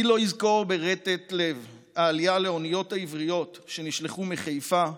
מי לא יזכור ברטט לב העלייה לאוניות העבריות שנשלחו מחיפה,